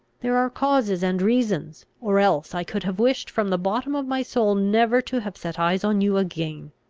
there are causes and reasons, or else i could have wished from the bottom of my soul never to have set eyes on you again.